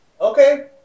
Okay